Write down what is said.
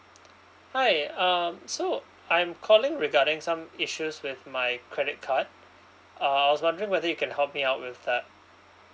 hi uh so I'm calling regarding some issues with my credit card uh I was wondering whether you can help me out with that